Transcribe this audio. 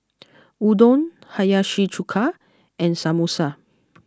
Udon Hiyashi Chuka and Samosa